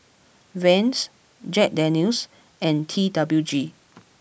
Vans Jack Daniel's and T W G